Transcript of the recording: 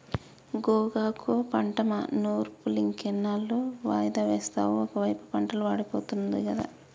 గోగాకు పంట నూర్పులింకెన్నాళ్ళు వాయిదా వేస్తావు ఒకైపు పంటలు వాడిపోతుంది గదా